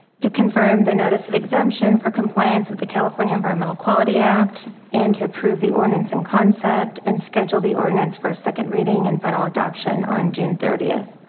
to confirm the notice of exemption for compliance with the california environmental quality act and to approve the ordinance and concept and schedule the ordinance for a second reading and final adoption on june thirtieth.